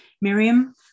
Miriam